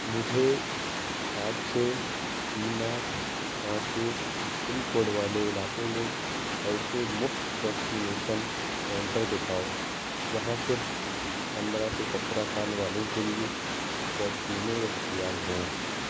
مجھے سات چھ تین آٹھ پانچ ایک پن کوڈ والے علاقے میں ایسے مفت ویکسینیشن سینٹر دکھاؤ جہاں صرف پندرہ سے سترہ سال والوں کے لیے ویکسینیں دستیاب ہوں